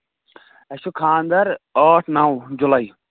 اَسہِ چھُ خاندر ٲٹھ نَو جُلَے